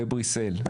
בבריסל.